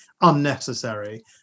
unnecessary